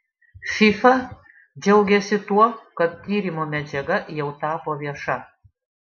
fifa džiaugiasi tuo kad tyrimo medžiaga jau tapo vieša